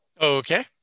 Okay